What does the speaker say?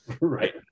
Right